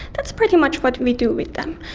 that's pretty much what we do with them.